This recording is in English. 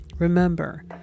Remember